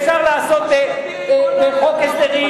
אפשר לעשות בחוק הסדרים,